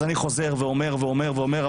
אז אני חוזר ואומר ואומר ואומר,